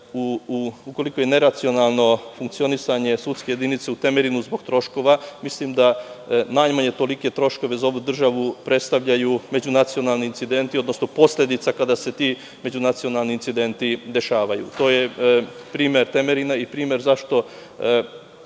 ukoliko je neracionalno funkcionisanje sudske jedinice u Temerinu zbog troškova, mislim da najmanje tolike troškove za ovu državu predstavljaju međunacionalni incidenti, odnosno posledice kada se ti međunacionalni incidenti dešavaju. To je primer Temerina i primer zašto